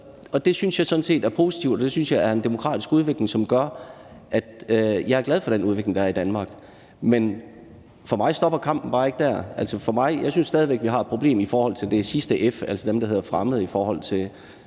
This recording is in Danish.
jeg sådan set er positivt; det synes jeg er en demokratisk udvikling, som gør, at jeg er glad for den udvikling, der er i Danmark. Men for mig stopper kampen bare ikke der. Jeg synes stadig væk, at vi har et problem i forhold til det sidste F, altså dem, der hedder fremmede og ikke